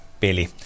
peli